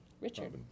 Richard